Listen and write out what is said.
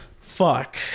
Fuck